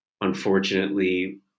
unfortunately